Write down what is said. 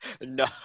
no